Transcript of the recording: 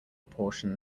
portion